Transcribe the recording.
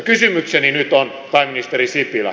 kysymykseni nyt on pääministeri sipilä